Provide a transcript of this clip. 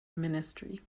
ministry